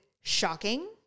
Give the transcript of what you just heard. shocking